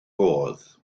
fodd